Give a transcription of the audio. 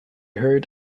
heard